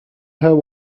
have